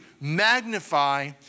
magnify